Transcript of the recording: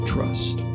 Trust